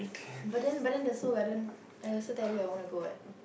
but then but then the Seoul-Garden I also tell you I want to go what